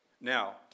Now